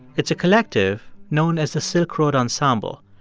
it's a collective known as the silk road ensemble,